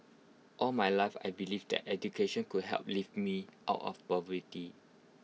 all my life I believed that education could help lift me out of poverty